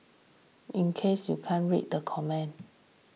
in case you can't read the comment